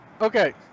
okay